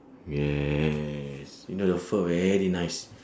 yes you know the fur very nice